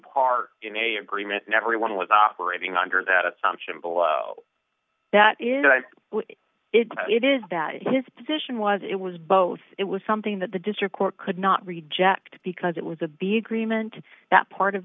part in a agreement and everyone was operating under that assumption below that is why it is that his position was it was both it was something that the district court could not reject because it was a be agreement that part of